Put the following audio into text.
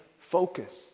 focus